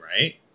right